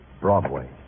Broadway